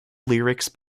lyrics